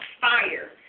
fire